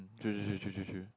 true true true true true true